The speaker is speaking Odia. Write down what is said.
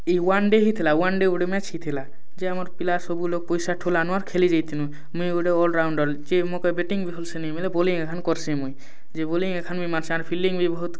ଇ ୱାନ୍ ଡ଼େ ହେଇଥିଲା ୱାନ୍ ଡ଼େ ଗୋଟେ ମ୍ୟାଚ୍ ହେଇଥିଲା ଯେ ଆମର ପିଲା ସବୁ ଲୋକ ପଇସା ଠୋଲା ଆଣବାର୍ ଖେଳି ଯାଇଁ ଥିନୁଁ ମୁଁ ଗୋଟେ ଅଲ୍ରାଉଣ୍ଡର ଯେ ମୋତେ ବ୍ୟାଟିଂ ଭଲ୍ ସେ ନେଇ ମେରା ବୋଲିଂ ହେନ୍ତା କର୍ସି ମୁଇଁ ଯେ ବୋଲିଂ ଏଖାନ୍ ବି ମାର୍ସାର୍ ଫିଲ୍ଡିଂ ବି ବହୁତ୍